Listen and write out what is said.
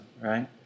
right